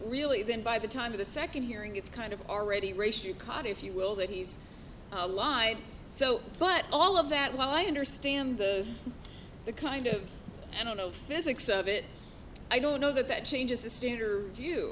really even by the time of the second hearing it's kind of already race you caught if you will that he's alive so but all of that while i understand the kind of i don't know physics of it i don't know that that changes the state